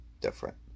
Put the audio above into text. different